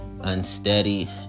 unsteady